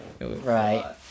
Right